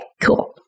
cool